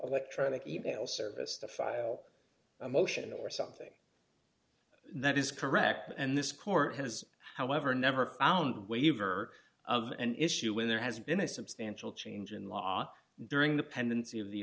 to email service to file a motion or something that is correct and this court has however never found waiver of an issue when there has been a substantial change in law during the pendency of the